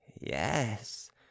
Yes